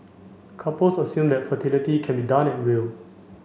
couples assume that fertility can be done at will